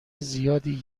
زیادی